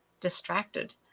distracted